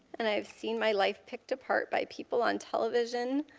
and i have seen my life picked apart by people on television,